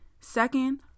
Second